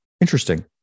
interesting